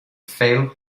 failed